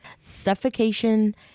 suffocation